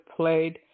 played